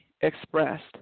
expressed